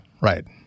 right